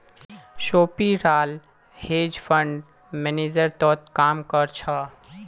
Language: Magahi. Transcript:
सोपीराल हेज फंड मैनेजर तोत काम कर छ